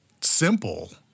Simple